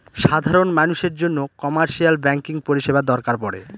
সাধারন মানুষের জন্য কমার্শিয়াল ব্যাঙ্কিং পরিষেবা দরকার পরে